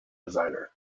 designer